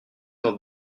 dans